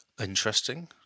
interesting